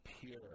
pure